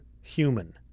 human